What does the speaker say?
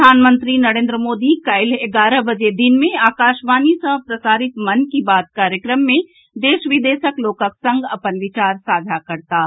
प्रधानमंत्री नरेन्द्र मोदी काल्हि एगारह बजे दिन मे आकाशवाणी सँ प्रसारित मन की बात कार्यक्रम मे देश विदेशक लोकक संग अपन विचार साझा करताह